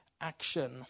action